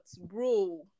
bro